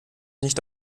nicht